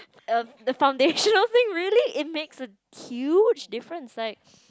um the foundation things really it makes a huge difference like